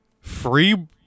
Free